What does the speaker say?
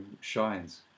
shines